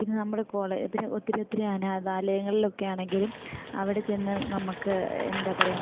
പിന്നെ നമ്മുടെ കോളേ പിന്നെ ഒത്തിരി ഒത്തിരി അനാഥാലയങ്ങളിൽ ഒക്കെയാണെങ്കിലും അവിടെ ചെന്ന് നമുക്ക് എന്താ പറയുക